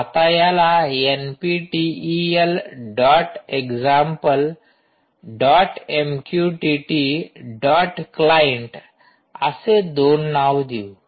आता याला NPTEL dot example dot MQTT dot client असे दोन नाव देऊ